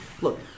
Look